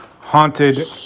Haunted